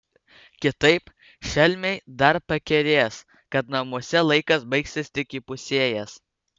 kitaip šelmiai dar pakerės kad namuose laikas baigsis tik įpusėjęs